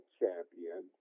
champion